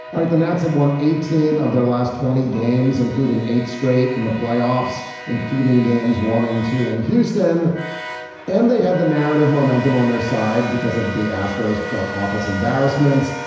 all right the nats have won eighteen of their last twenty games including eight straight in the playoffs including games one in two in houston and they have the narrative momentum on their side because of the astros front office embarrassments.